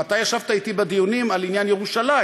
אתה ישבת אתי בדיונים על עניין ירושלים,